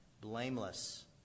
blameless